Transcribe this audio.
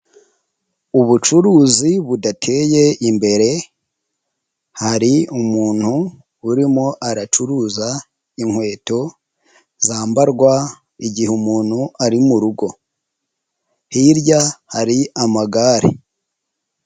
Ubucuruzi budateye imbere, hari umuntu urimo aracuruza inkweto zambarwa igihe umuntu ari mu rugo. Hirya hari amagare.